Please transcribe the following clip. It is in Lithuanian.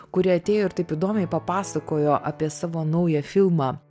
kuri atėjo ir taip įdomiai papasakojo apie savo naują filmą